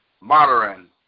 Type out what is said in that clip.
modern